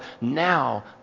Now